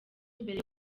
mbere